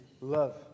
love